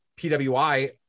PWI